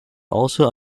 also